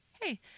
hey